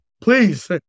please